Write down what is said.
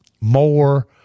more